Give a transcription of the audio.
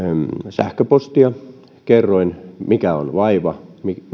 sähköpostia kerroin mikä on vaiva